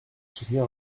soutenir